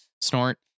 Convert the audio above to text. snort